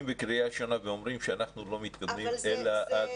לקריאה ראשונה ואומרים שאנחנו לא מתקדמים אלא עד?